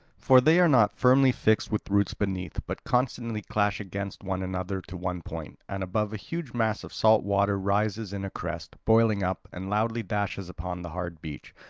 for they are not firmly fixed with roots beneath, but constantly clash against one another to one point, and above a huge mass of salt water rises in a crest, boiling up, and loudly dashes upon the hard beach.